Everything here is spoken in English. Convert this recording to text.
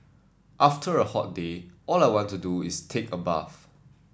after a hot day all I want to do is take a bath